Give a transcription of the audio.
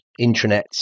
intranets